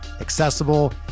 accessible